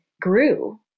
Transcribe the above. grew